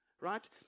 right